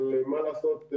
אבל מה לעשות,